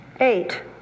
eight